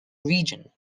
region